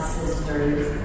sisters